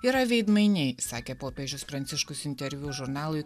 yra veidmainiai sakė popiežius pranciškus interviu žurnalui